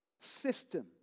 system